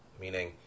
meaning